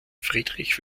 friedrich